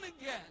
again